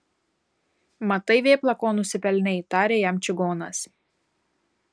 matai vėpla ko nusipelnei tarė jam čigonas